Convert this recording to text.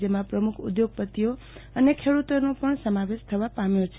જેમાં પ્રમુખ ઉદ્યોગપતિઓ અને ખેડૂતોનો પણ સમાવેશ થવા પામ્યો છે